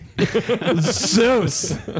Zeus